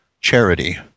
charity